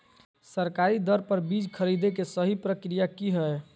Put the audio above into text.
सरकारी दर पर बीज खरीदें के सही प्रक्रिया की हय?